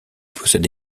possède